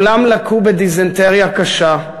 כולם לקו בדיזנטריה קשה,